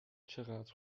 چقدر